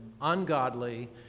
ungodly